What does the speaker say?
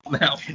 now